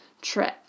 trip